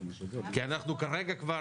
--- כי אנחנו כרגע כבר,